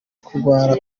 kurwara